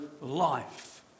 life